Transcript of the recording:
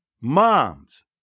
Moms